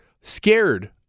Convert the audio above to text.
scared